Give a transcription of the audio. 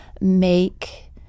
make